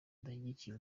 adashyigikiye